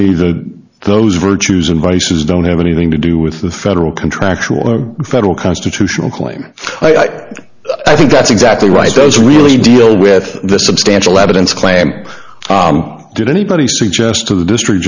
me that those virtues and vices don't have anything to do with the federal contractual or federal constitutional claim i think that's exactly right those really deal with the substantial evidence claim did anybody suggest to the district